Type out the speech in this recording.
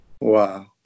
Wow